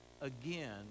again